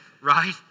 right